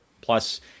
plus